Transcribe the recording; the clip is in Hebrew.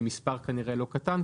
במספר כנראה לא קטן.